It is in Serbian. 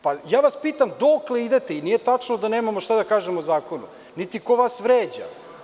Pitam vas, dokle idete i nije tačno da nemamo šta da kažemo o zakonu, niti ko vas vređa.